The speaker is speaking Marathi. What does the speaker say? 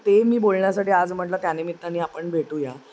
ते मी बोलण्यासाठी आज म्हटलं त्यानिमित्तानी आपण भेटूया